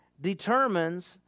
determines